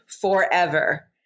forever